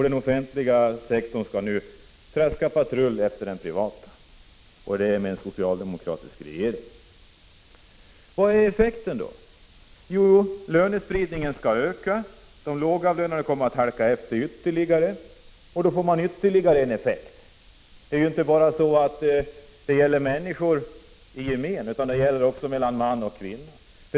Den offentliga sektorn skall nu traska patrull efter den privata marknaden — ledd av en socialdemokratisk regering. Vad blir effekten? Jo, lönespridningen skall öka. De lågavlönade kommer att halka efter ytterligare. Då uppstår ännu en effekt. Det gäller inte bara människor i gemen, utan det gäller också skillnader mellan män och kvinnor.